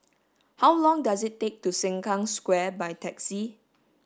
how long does it take to Sengkang Square by taxi